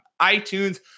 iTunes